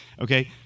Okay